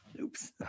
Oops